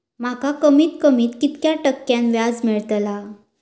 माका कमीत कमी कितक्या टक्क्यान व्याज मेलतला?